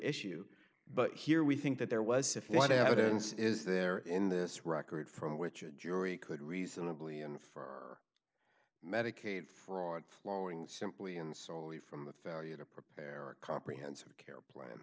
issue but here we think that there was sufficient evidence is there in this record from which a jury could reasonably and for medicaid fraud flowing simply and solely from the failure to prepare a comprehensive care plan